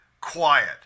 quiet